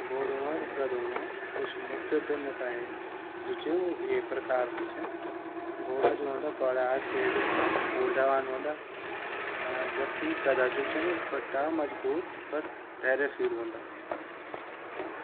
घोड़ो अर गधो मा कुछ भिन्नताएं जु ची उ ये प्रकार से ची कि घोडा जू छिन उ बड़ा तेज़ अर अधिक ऊर्जावान वोन्दा जबकि गधा जु छिन उ छोटा मजबूत पर धैर्यशील वोन्दा।